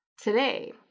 today